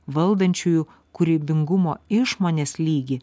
valdančiųjų kūrybingumo išmonės lygį